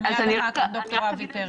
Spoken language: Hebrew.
ואחריו ד"ר אבי פרץ.